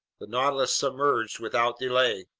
the nautilus submerged without delay.